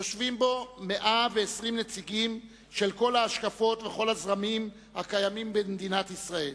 יושבים בו 120 נציגים של כל ההשקפות וכל הזרמים הקיימים במדינת ישראל.